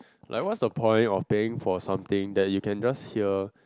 like what's the point of paying for something that you can just hear